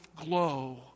glow